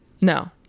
No